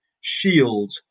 shield